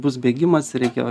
bus bėgimas reikia